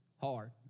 hard